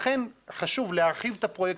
לכן חשוב להרחיב את הפרויקט,